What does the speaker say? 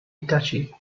duchy